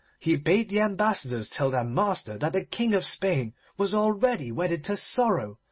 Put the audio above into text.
he bade the ambassadors tell their master that the king of spain was already wedded to sorrow,